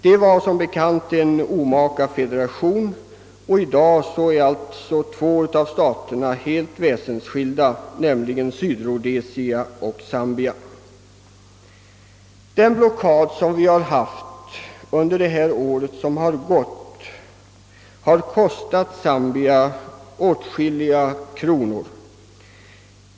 Det var som bekant en omaka federation, och i dag är två av staterna helt väsensskilda, nämligen Sydrhodesia och Zambia. Den blockad mot Sydrhodesia som vi har haft under det år som gått har kostat Zambia åtskilligt.